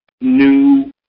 new